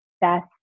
best